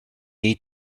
jej